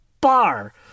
bar